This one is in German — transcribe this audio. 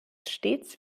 stets